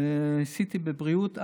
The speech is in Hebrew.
עשיתי בבריאות אז,